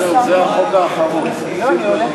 ואגב, אדוני השר,